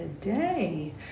today